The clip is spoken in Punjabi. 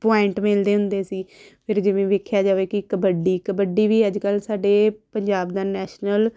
ਪੁਆਇੰਟ ਮਿਲਦੇ ਹੁੰਦੇ ਸੀ ਫਿਰ ਜਿਵੇਂ ਵੇਖਿਆ ਜਾਵੇ ਕਿ ਕਬੱਡੀ ਕਬੱਡੀ ਵੀ ਅੱਜ ਕੱਲ੍ਹ ਸਾਡੇ ਪੰਜਾਬ ਦਾ ਨੈਸ਼ਨਲ